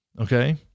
Okay